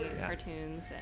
cartoons